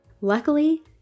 Luckily